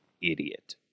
idiot